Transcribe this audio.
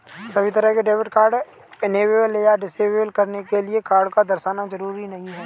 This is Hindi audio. सभी तरह के डेबिट कार्ड इनेबल या डिसेबल करने के लिये कार्ड को दर्शाना जरूरी नहीं है